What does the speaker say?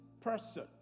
person